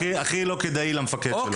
אין ספק שזה החייל הכי לא כדאי למפקד שלו.